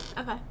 Okay